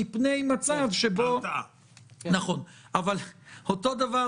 אבל אותו דבר,